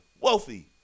wealthy